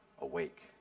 awake